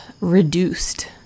reduced